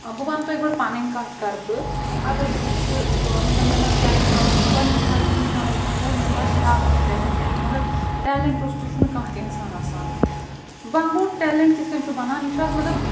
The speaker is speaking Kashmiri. بہٕ وَنہٕ تۄہہِ گۄڈٕ پَنٕنۍ کَتھ کَرٕ بہٕ اَگر بہٕ وٕچھِ مَطلب مےٚ منٛز کیٛاہ چھُ گۄڈٕنؠتھ چھُ ہَر کُنہِ اِنسانَس شاید مےٚ منٛز چھا کانٛہہ ٹیلٮ۪نٛٹ کِنہٕ نہ مَگر ٹیلٮ۪نٛٹ روٚستُے چھُنہٕ کانٛہہ تہِ اِنسان آسان وۄنۍ گوٚو ٹیلٮ۪نٛٹ کِتھ کَنۍ چھُ بَنان یہِ چھُ اَکھ مَطلب